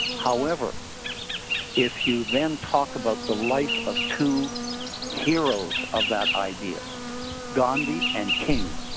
however if you then talk about the life of two heroes of that idea gandhi and king,